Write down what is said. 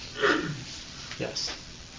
Yes